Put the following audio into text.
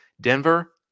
Denver